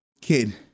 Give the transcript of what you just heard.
Kid